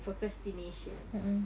procrastination